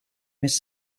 més